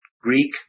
Greek